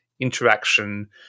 interaction